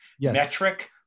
metric